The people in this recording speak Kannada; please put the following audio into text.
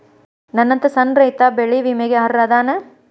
ನನ್ನಂತ ಸಣ್ಣ ರೈತಾ ಬೆಳಿ ವಿಮೆಗೆ ಅರ್ಹ ಅದನಾ?